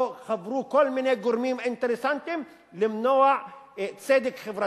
פה חברו כל מיני גורמים אינטרסנטיים למנוע צדק חברתי,